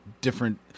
different